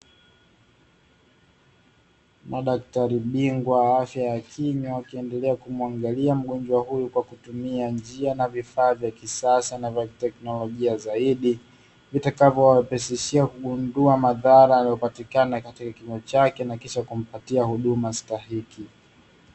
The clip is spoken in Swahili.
Madaktari bingwa wa afya ya kinywa wakiendelea kumuangalia mgonjwa huyu kwa kutumia njia na vifaa vya kisasa vya kiteknolojia zaidi, vitavyowezesha kugundua madhara yaliyopatikana katika kinywa chake nakisha kumpatia huduma stahiki.